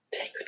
Take